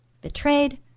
betrayed